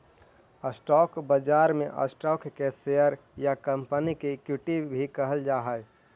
stock बाजार में stock के शेयर या कंपनी के इक्विटी भी कहल जा हइ